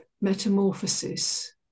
metamorphosis